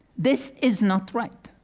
this is not right.